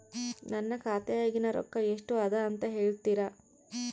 ನನ್ನ ಖಾತೆಯಾಗಿನ ರೊಕ್ಕ ಎಷ್ಟು ಅದಾ ಅಂತಾ ಹೇಳುತ್ತೇರಾ?